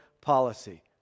policy